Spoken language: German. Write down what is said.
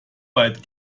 weit